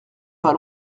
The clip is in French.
pas